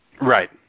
Right